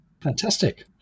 fantastic